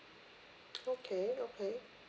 okay okay